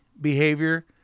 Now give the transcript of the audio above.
behavior